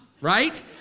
right